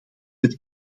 het